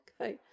Okay